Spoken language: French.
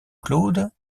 claude